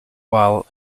while